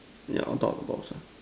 ya on top of the box ah